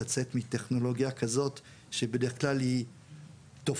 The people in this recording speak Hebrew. לצאת מטכנולוגיה כזאת שבדרך כלל היא תופסת